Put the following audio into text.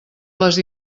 les